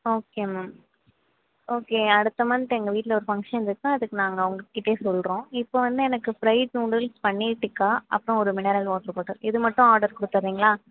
okay ma'am okay அடுத்த month எங்கள் வீட்டில் ஒரு ஃபங்க்ஷன் இருக்குது அதுக்கு நாங்கள் உங்கக்கிட்டயே சொல்கிறோம் இப்போது வந்து எனக்கு ஃப்ரைட் நூடுல்ஸ் பன்னீர் டிக்கா அப்றம் ஒரு மினரல் வாட்டர் பாட்டல் இது மட்டும் ஆர்டர் கொடுத்துறீங்களா